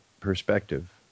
perspective